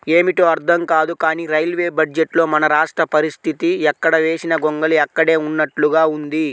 ఏమిటో అర్థం కాదు కానీ రైల్వే బడ్జెట్లో మన రాష్ట్ర పరిస్తితి ఎక్కడ వేసిన గొంగళి అక్కడే ఉన్నట్లుగా ఉంది